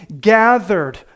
gathered